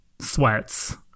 sweats